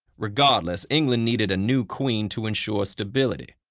regardless, england needed a new queen to ensure stability,